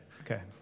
Okay